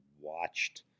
watched